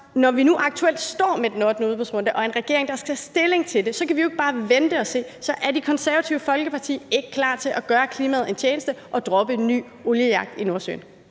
når vi aktuelt står med den ottende udbudsrunde og en regering, der skal tage stilling til det, kan vi jo ikke bare vente og se, så derfor vil jeg spørge, om Det Konservative Folkeparti ikke er klar til at gøre klimaet en tjeneste og droppe en ny oliejagt i Nordsøen.